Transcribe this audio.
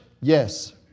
Yes